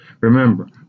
Remember